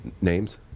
names